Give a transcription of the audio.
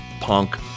punk